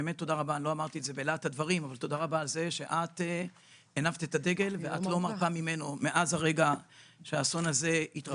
תודה רבה על זה שהנפת את הדגל ואת לא מרפה ממנו מאז שהאסון הזה התרחש.